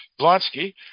Blonsky